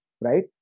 right